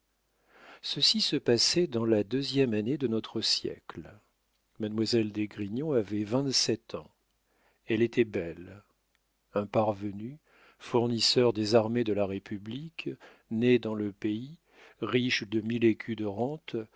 ceci se passait dans la deuxième année de notre siècle mademoiselle d'esgrignon avait vingt-sept ans elle était belle un parvenu fournisseur des armées de la république né dans le pays riche de mille écus de rente